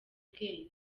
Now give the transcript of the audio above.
ubwenge